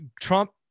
Trump